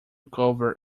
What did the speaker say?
cover